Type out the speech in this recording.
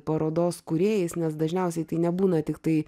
parodos kūrėjais nes dažniausiai tai nebūna tiktai